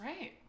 right